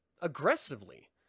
aggressively